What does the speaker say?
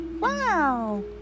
Wow